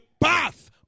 path